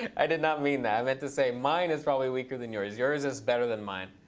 i did not mean that. i meant to say mine is probably weaker than yours. yours is better than mine.